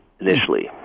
initially